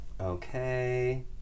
Okay